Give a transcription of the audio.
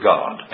God